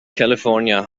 california